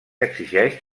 exigeix